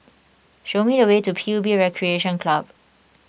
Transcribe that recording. show me the way to P U B Recreation Club